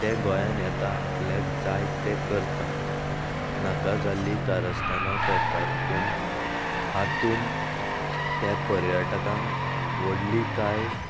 तें गोंयान येता आपल्याक जाय ते करतात नाका जाल्ली कारस्थाना करतात पूण हातून त्या पर्यटकांक व्हडली कांय